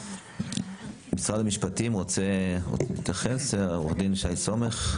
משרד המשפטים רוצה להתייחס, עו"ד שי סומך?